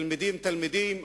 בין תלמידים,